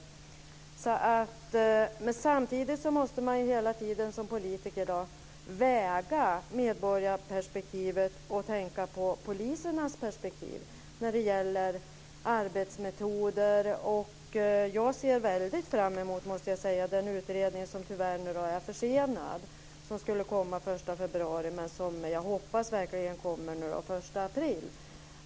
Samtidigt måste man hela tiden som politiker väga medborgarperspektivet mot polisernas perspektiv när det gäller arbetsmetoder. Jag måste säga att jag ser mycket fram emot den utredning som tyvärr är försenad. Den skulle komma den 1 februari, men nu hoppas jag verkligen att den kommer den 1 april.